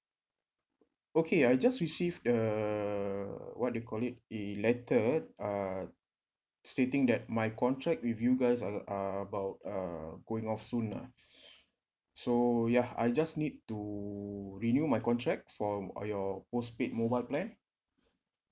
okay I just received the what they call it the letter uh stating that that my contract with you guys uh are about uh going off soon lah so yeah I just need to renew my contract for your postpaid mobile plan